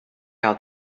out